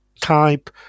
type